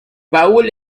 paul